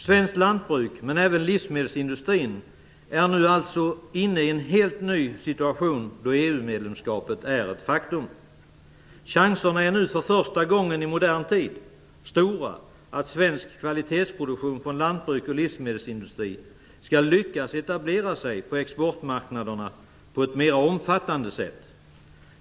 Svenskt lantbruk men även livsmedelsindustrin är nu alltså inne i en helt ny situation då EU medlemskapet är ett faktum. Chanserna är nu för första gången i modern tid stora att svensk kvalitetsproduktion från lantbruk och livsmedelsindustri skall lyckas etablera sig på exportmarknaderna på ett mera omfattande sätt.